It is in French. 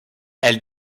elle